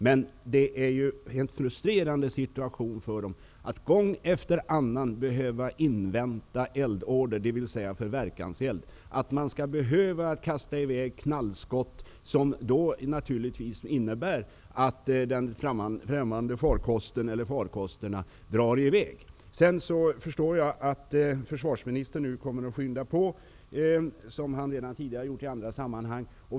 Men det är ju en frustrerande situation för dem att gång efter annan behöva invänta eldorder, dvs. order om verkanseld, att de skall behöva kasta i väg knallskott, som naturligtvis leder till att den främmande farkosten eller farkosterna drar i väg. Jag förstår att försvarsministern nu kommer att skynda på arbetet med detta, som han redan tidigare har gjort i andra sammanhang.